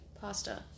pasta